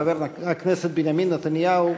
חבר הכנסת בנימין נתניהו,